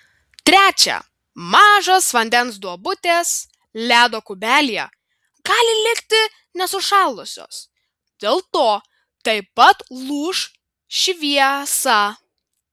trečia mažos vandens duobutės ledo kubelyje gali likti nesušalusios dėl to taip pat lūš šviesa